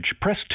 press